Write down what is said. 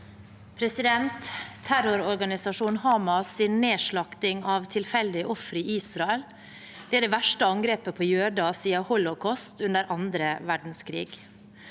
Terrororganisasjo- nen Hamas’ nedslakting av tilfeldige ofre i Israel er det verste angrepet på jøder siden holocaust under annen verdenskrig.